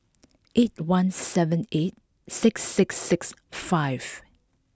eight one seven eight six six six five